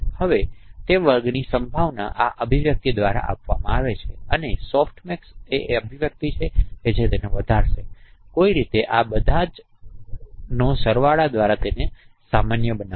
હવે તે વર્ગની સંભાવના આ અભિવ્યક્તિ દ્વારા આપવામાં આવી છે આ તે સોફ્ટમેક્સ અભિવ્યક્તિ છે જે તેને વધારશે અને કોઈક રીતે આ બધા જ ના સરવાળા દ્વારા તેને સામાન્ય બનાવશે